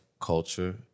culture